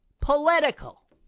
political